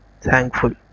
thankful